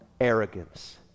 arrogance